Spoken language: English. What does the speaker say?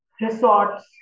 resorts